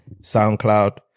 SoundCloud